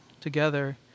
together